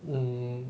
mm